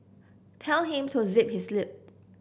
tell him to zip his lip